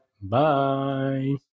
Bye